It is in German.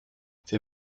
für